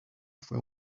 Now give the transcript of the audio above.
fue